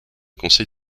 conseil